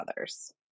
others